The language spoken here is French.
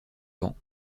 vent